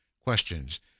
questions